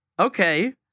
Okay